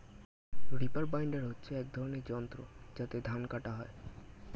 reaper binder হচ্ছে এক ধরনের যন্ত্র যাতে ধান কাটা হয়